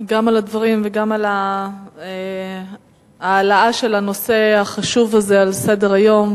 גם על הדברים וגם על ההעלאה של הנושא החשוב הזה על סדר-היום,